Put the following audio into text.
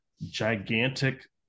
gigantic